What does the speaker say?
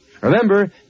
Remember